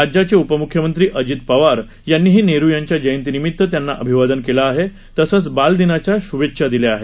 राज्याचे उपम्ख्यमंत्री अजित पवार यांनीही नेहरु यांच्या जयंतीनिमीत्त त्यांना अभिवादन केलं आहे तसंच बाल दिनाच्या शुभेच्छा दिल्या आहेत